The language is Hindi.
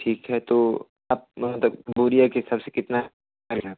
ठीक है तो आप बोरी के हिसब से कितना का लेना